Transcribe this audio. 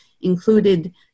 included